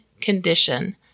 condition